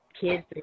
Kids